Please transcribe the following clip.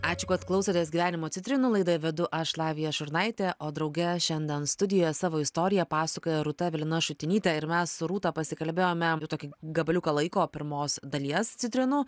ačiū kad klausotės gyvenimo citrinų laidą vedu aš lavija šurnaitė o drauge šiandien studijoje savo istoriją pasakoja rūta evelina šutinytė ir mes rūta pasikalbėjome tokį gabaliuką laiko pirmos dalies citrinų